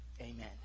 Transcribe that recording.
Amen